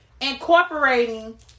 incorporating